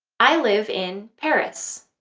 i live in paris.